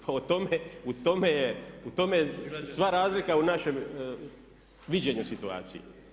Pa u tome je sva razlika u našem viđenju situacije.